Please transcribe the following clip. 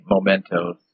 Mementos